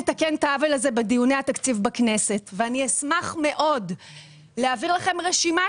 בסוף אנחנו כאן בדיונים על התקציב ולא בוחנים כאן את היושרה של